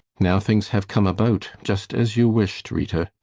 now things have come about just as you wished, rita.